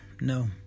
no